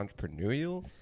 entrepreneurial